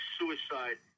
suicide